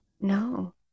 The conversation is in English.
No